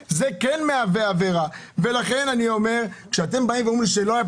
גם עכשיו כשבאת ואמרת שהביסוס העובדתי שלי היה דבר